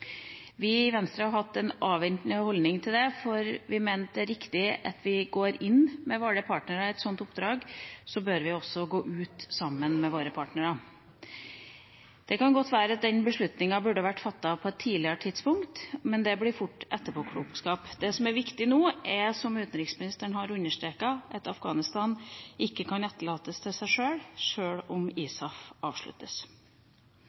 Vi i Venstre har hatt en avventende holdning til det, for vi mener det er riktig at når vi går inn med våre partnere i et sånt oppdrag, bør vi også gå ut sammen med våre partnere. Det kan godt være at den beslutninga burde vært fattet på et tidligere tidspunkt, men det blir fort etterpåklokskap. Det som er viktig nå, er, som utenriksministeren har understreket, at Afghanistan ikke kan etterlates til seg sjøl, sjøl om